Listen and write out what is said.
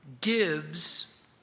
gives